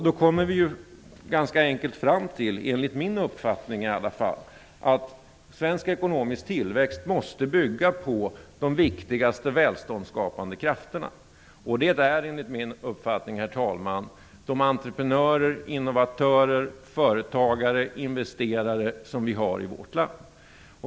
Då kommer vi ganska enkelt fram till, i varje fall enligt min uppfattning, att svensk ekonomisk tillväxt måste bygga på de viktigaste välståndsskapande krafterna. Herr talman! De krafterna är enligt min uppfattning de entreprenörer, innovatörer, företagare och investerare som vi har i vårt land.